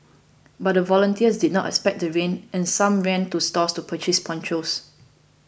but the volunteers did not expect the rain and some ran to stores to purchase ponchos